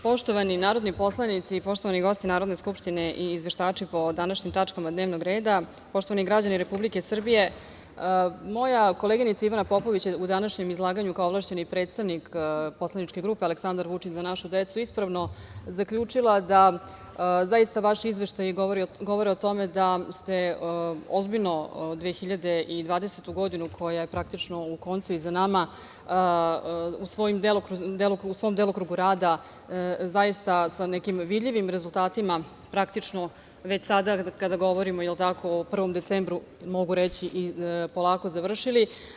Poštovani narodni poslanici, poštovani gosti Narodne skupštine i izveštači po današnjim tačkama dnevnog reda, poštovani građani Republike Srbije, moja koleginica Ivana Popović je u današnjem izlaganju kao ovlašćeni predstavnik poslaničke grupe Aleksandar Vučić – Za našu decu ispravno zaključila da zaista vaši izveštaji govore o tome da ste ozbiljno 2020. godinu, koja je praktično na koncu i za nama, u svom delokrugu rada zaista sa nekim vidljivim rezultatima praktično, već sada kada govorimo o 1. decembru, mogu reći polako završili.